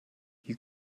you